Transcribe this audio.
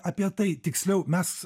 apie tai tiksliau mes